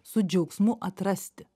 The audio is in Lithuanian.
su džiaugsmu atrasti